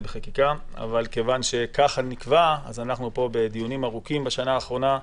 בחקיקה אבל מכיוון שכך נקבע אז ערכנו פה דיונים ארוכים בשנה האחרונה.